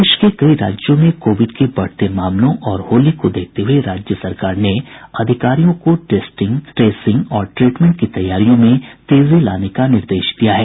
देश के कई राज्यों में कोविड के बढ़ते मामलों और होली को देखते हुये राज्य सरकार ने अधिकारियों को टेस्टिंग ट्रेसिंग और ट्रीटमेंट की तैयारियों में तेजी लाने का निर्देश दिया है